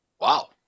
Wow